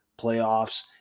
playoffs